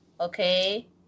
Okay